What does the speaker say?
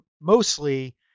mostly